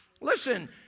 Listen